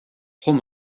pull